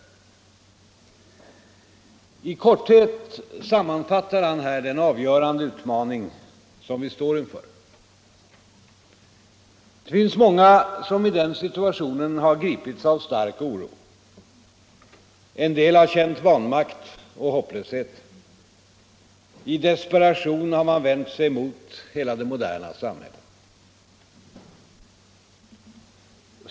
I korthet sammanfattar han där den avgörande utmaning som vi står inför. Det finns många som i denna situation har gripits av stark oro. En del har känt vanmakt och hopplöshet. I desperation har man vänt sig mot hela det moderna samhället.